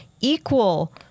equal